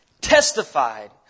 testified